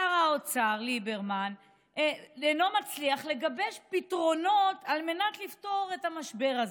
שר האוצר ליברמן אינו מצליח לגבש פתרונות על מנת לפתור את המשבר הזה.